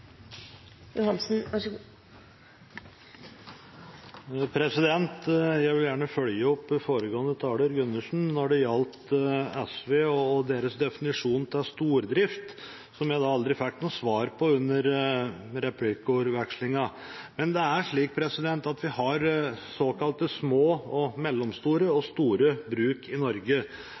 Gundersen, når det gjelder SV og deres definisjon av stordrift, som jeg aldri fikk noe svar på under replikkvekslingen. Det er slik at vi har såkalt små, mellomstore og store bruk i Norge,